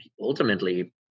ultimately